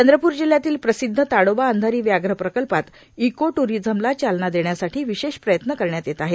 चंद्रपूर जिल्हयातील प्रसिद्ध ताडोबा अंधारी व्याघ्र प्रकल्पात इको ट्रीझमला चालना देण्यासाठी विशेष प्रयत्न करण्यात येत आहेत